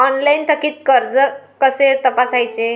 Online थकीत कर्ज कसे तपासायचे?